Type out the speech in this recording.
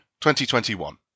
2021